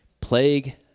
plague